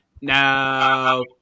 Now